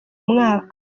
mwaka